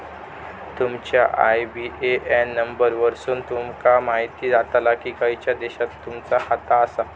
तुमच्या IBAN number वरसुन तुमका म्हायती जाताला की खयच्या देशात तुमचा खाता आसा